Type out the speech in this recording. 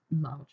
large